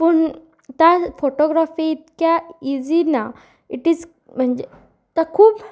पूण त्य फोटोग्राफी इतक्या इजी ना इट इज म्हणजे खूब